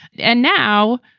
and now,